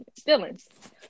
feelings